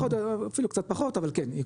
אפילו קצת פחות אבל כן,